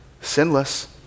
sinless